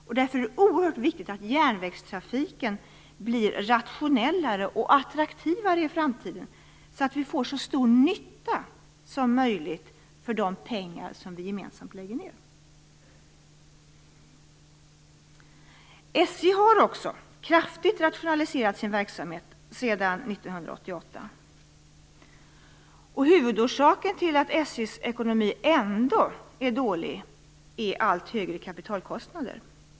Därför är det oerhört viktigt att järnvägstrafiken blir rationellare och attraktivare i framtiden, så att vi får så stor nytta som möjligt för de pengar vi gemensamt lägger ned. SJ har också kraftigt rationaliserat sin verksamhet sedan 1988. Huvudorsaken till att SJ:s ekonomi ändå är dålig är allt högre kapitalkostnader.